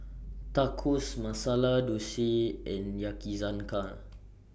Tacos Masala Dosa and Yakizakana